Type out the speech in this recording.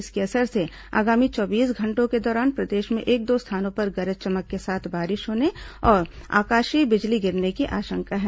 इसके असर से आगामी चौबीस घंटों के दौरान प्रदेश में एक दो स्थानों पर गरज चमक के साथ बारिश होने और आकाशीय बिजली गिरने की आशंका है